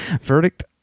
verdict